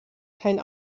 kein